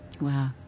Wow